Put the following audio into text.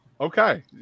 Okay